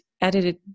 edited